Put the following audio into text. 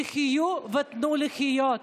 תחיו ותיתנו לחיות.